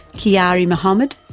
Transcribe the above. kyari mohammed,